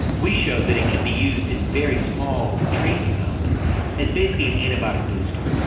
we showed that it can be used in very small trace amounts as basically an antibiotic booster.